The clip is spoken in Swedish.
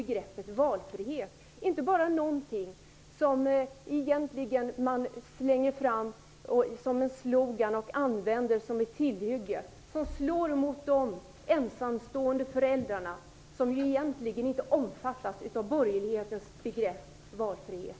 Begreppet skall inte vara något som slängs fram som en slogan och används som ett tillhygge, som slår mot de ensamstående föräldrarna som egentligen inte omfattas av borgerlighetens valfrihet.